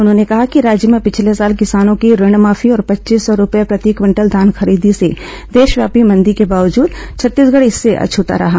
उन्होंने कहा कि राज्य में पिछले साल किसानों की ऋण माफी और पच्चीस सौ रूपये प्रति क्विंटल धान खरीदी से देशव्यापी मंदी के बावजूद छत्तीसगढ इससे अछता रहा